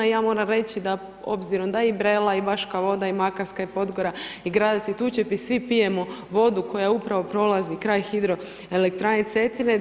Ja moram reći da obzirom da i Brela i Baška Voda i Makarska i Podgora i Gradec i Tučepi svi pijemo vodu koja upravo prolazi kraj hidroelektrane Cetine.